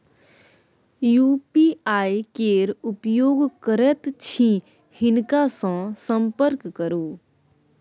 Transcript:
UPI केर उपयोग करैत छी हिनका सँ संपर्क करु